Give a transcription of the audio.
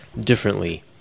Differently